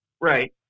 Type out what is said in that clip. Right